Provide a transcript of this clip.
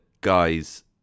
guy's